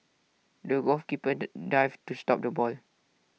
the golf keeper dived to stop the ball